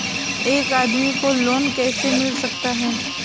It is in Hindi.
एक आदमी को लोन कैसे मिल सकता है?